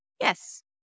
yes